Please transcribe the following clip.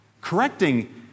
Correcting